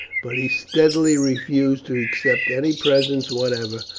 but he steadily refused to accept any presents whatever,